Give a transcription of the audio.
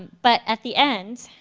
but at the end